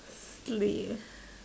sleep